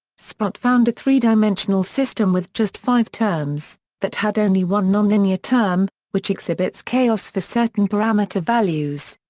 sprott found a three-dimensional system with just five terms, that had only one nonlinear term, which exhibits chaos for certain parameter values.